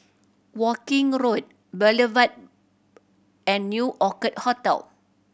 Woking Road Boulevard and New Orchid Hotel